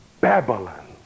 Babylon